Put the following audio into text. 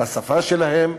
בשפה שלהם,